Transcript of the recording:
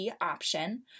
option